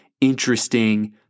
interesting